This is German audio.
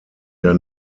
der